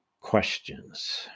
questions